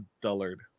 dullard